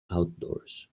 outdoors